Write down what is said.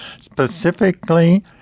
Specifically